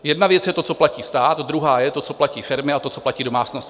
Jedna věc je to, co platí stát, druhá je to, co platí firmy, a to, co platí domácnosti.